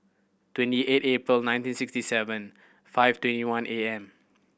twenty eight April nineteen sixty seven five twenty one A M